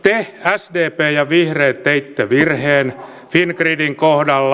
te sdp ja vihreät teitte virheen fingridin kohdalla